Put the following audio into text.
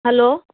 hello